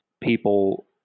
people